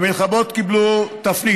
המלחמות קיבלו תפנית.